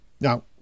Now